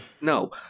No